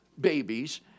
babies